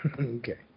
Okay